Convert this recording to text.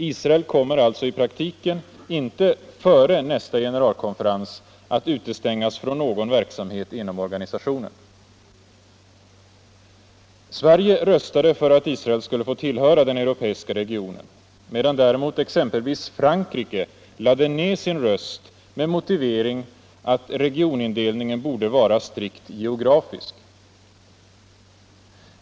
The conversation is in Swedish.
Israel kommer alltså inte i praktiken före nästa generalkonferens att utestängas från någon verksamhet inom organisa tionen. Sverige röstade för att Israel skulle få tillhöra den europeiska regionen medan däremot exempelvis Frankrike lade ned sin röst med motivering, att regionindelningen borde vara strikt geografisk.